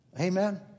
Amen